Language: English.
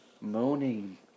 moaning